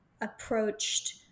approached